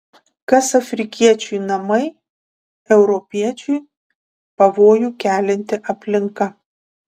kas afrikiečiui namai europiečiui pavojų kelianti aplinka